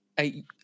Eight